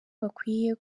bakwiye